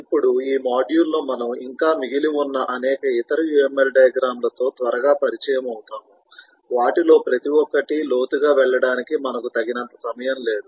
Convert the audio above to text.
ఇప్పుడు ఈ మాడ్యూల్లో మనం ఇంకా మిగిలి ఉన్న అనేక ఇతర UML డయాగ్రమ్ లతో త్వరగా పరిచయం అవుతాము వాటిలో ప్రతి ఒక్కటి లోతుగా వెళ్ళడానికి మనకు తగినంత సమయం లేదు